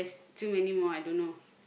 too many more I dunno